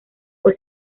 por